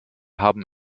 haben